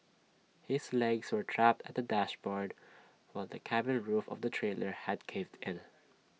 his legs were trapped at the dashboard while the cabin roof of the trailer had caved in